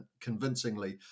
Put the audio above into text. convincingly